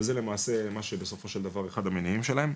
שזה למעשה מה שבסופו של דבר אחד המניעים שלהם.